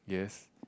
yes